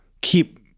keep